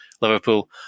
Liverpool